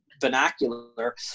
vernacular